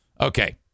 Okay